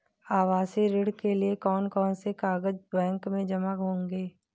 आवासीय ऋण के लिए कौन कौन से कागज बैंक में जमा होंगे?